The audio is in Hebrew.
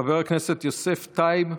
חבר הכנסת יוסף טייב,